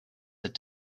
that